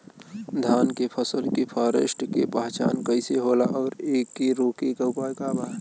धान के फसल के फारेस्ट के पहचान कइसे होला और एके रोके के उपाय का बा?